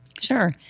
Sure